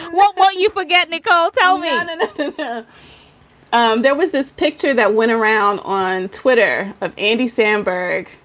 what what you forget. nicole, tell me ah and and so but um there was this picture that went around on twitter of andy samberg.